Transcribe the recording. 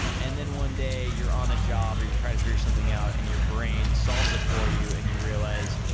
and then one day, you're on a job, or you're trying to figure something out, and your brain solves it for you, and you realize,